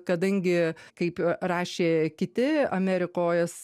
kadangi kaip rašė kiti amerikos